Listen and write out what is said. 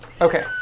Okay